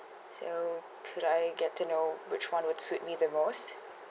so could I get to know which one would suit me the most